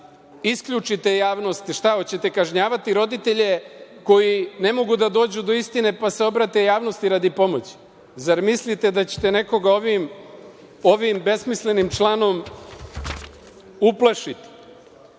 isključite javnost. Šta, hoćete li kažnjavati roditelje koji ne mogu da dođu do istine, pa se obrate javnosti radi pomoći? Zar mislite da ćete nekoga ovim besmislenim članom uplašiti? Član